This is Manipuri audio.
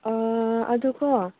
ꯑꯥ ꯑꯗꯣꯀꯣ